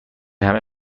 همه